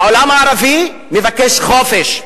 העולם הערבי מבקש חופש,